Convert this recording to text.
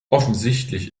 offensichtlich